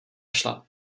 šla